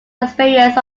experience